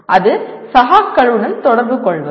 அது சகாக்களுடன் தொடர்புகொள்வது